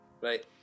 Right